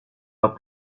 pas